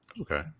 Okay